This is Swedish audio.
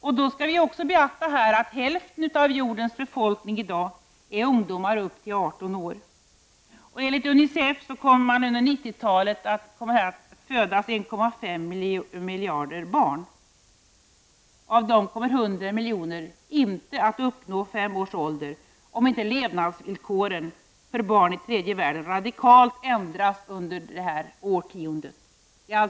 Sedan skall vi också beakta att hälften av jordens befolkning i dag är ungdomar upp till 18 år. Enligt UNICEF kommer det att födas 1,5 miljarder barn under 90-talet. Av dessa är det 100 miljoner barn som inte kommer att uppnå fem års ålder om levnadsvillkoren för barn i tredje världen inte förändras radikalt under detta årtionde.